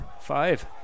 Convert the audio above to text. five